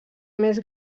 més